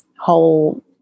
whole